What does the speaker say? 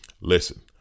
Listen